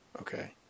okay